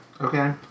okay